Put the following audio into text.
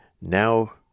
Now